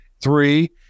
three